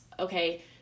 Okay